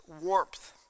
warmth